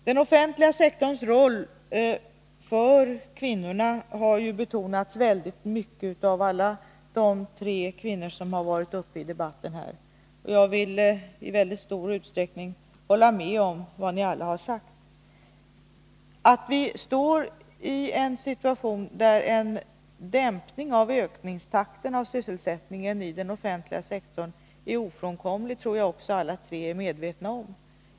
Den offentliga sektorns roll för kvinnorna har ju kraftigt betonats av alla de tre kvinnor som varit uppe i debatten, och jag vill i stor utsträckning hålla med om vad ni alla har sagt. Att vi är i en situation där en dämpning av ökningstakten för sysselsättningen inom den offentliga sektorn är ofrånkomlig, tror jag också att alla de tre som här yttrat sig är medvetna om.